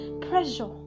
pressure